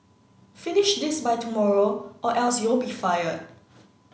finish this by tomorrow or else you'll be fired